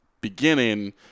beginning